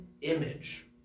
image